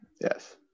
Yes